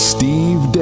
Steve